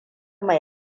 mai